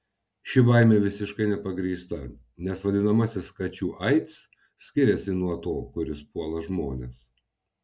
ši baimė visiškai nepagrįsta nes vadinamasis kačių aids skiriasi nuo to kuris puola žmones